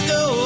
go